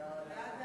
ההצעה